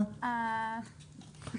האגף הפיננסי.